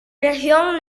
región